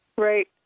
Right